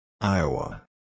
Iowa